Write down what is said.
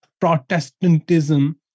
protestantism